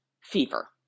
fever